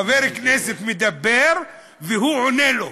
חבר כנסת מדבר והוא עונה לו,